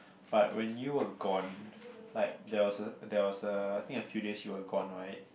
but when you were gone like there was a there was a I think a few days you were gone right